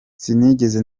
sinigeze